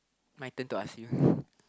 my turn to ask you